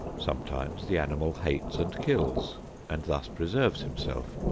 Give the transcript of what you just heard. sometimes the animal hates and kills and thus preserves himself.